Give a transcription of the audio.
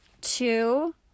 Two